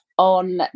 on